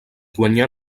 guanyà